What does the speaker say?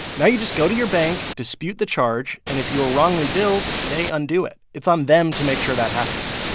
now you just go to your bank, dispute the charge. and if you were wrongly billed, they undo it. it's on them to make sure that happens.